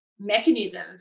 Mechanism